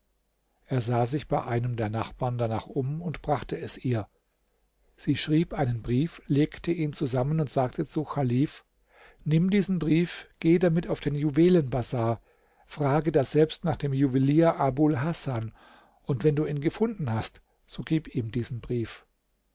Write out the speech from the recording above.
er sah sich bei einem der nachbarn danach um und brachte es ihr sie schrieb einen brief legte ihn zusammen und sagte zu chalif nimm diesen brief geh damit auf den juwelenbazar frage daselbst nach dem juwelier abul hasan und wenn du ihn gefunden hast so gib ihm diesen brief